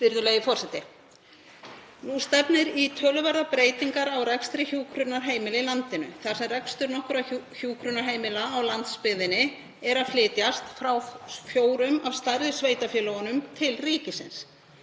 Nú stefnir í töluverðar breytingar á rekstri hjúkrunarheimila í landinu þar sem rekstur nokkurra hjúkrunarheimila á landsbyggðinni er að flytjast frá fjórum af stærri sveitarfélögunum til ríkisins.